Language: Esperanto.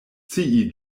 scii